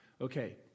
Okay